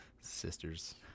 Sisters